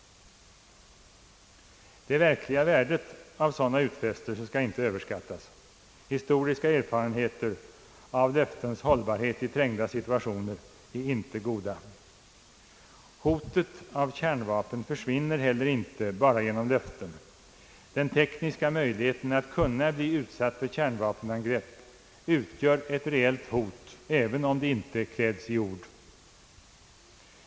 Det verkliga värdet av sådana utfästelser skall inte överskattas. Historiska erfarenheter av löftens hållbarhet i trängda situationer är inte goda. Hotet av kärnvapen försvinner inte heller bara genom löften. Den tekniska möjligheten att kunna bli utsatt för kärnvapenangrepp utgör ett reellt hot, även om det inte uttalas i ord.